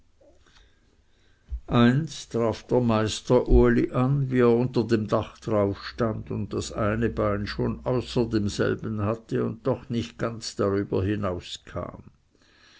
traf der meister uli an wie er unter dem dachtrauf stund und das eine bein schon außer demselben hatte und doch nicht ganz darüberauskam